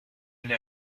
n’ai